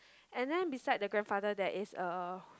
and then beside the grandfather there is a